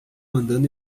andando